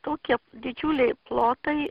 tokie didžiuliai plotai